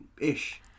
ish